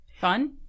Fun